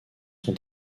son